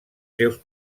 seus